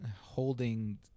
holding